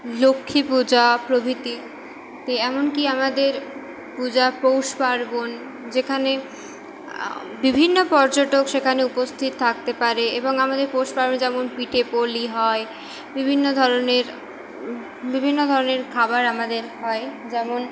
লক্ষ্মী পূজা প্রভৃতি তি এমন কি আমাদের পূজা পৌষ পার্বণ যেখানে বিভিন্ন পর্যটক সেখানে উপস্থিত থাকতে পারে এবং আমাদের পৌষ পার্বণে যেমন পিঠে পুলি হয় বিভিন্ন ধরনের বিভিন্ন ধরনের খাবার আমাদের হয় যেমন